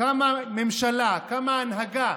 קמה ממשלה, קמה הנהגה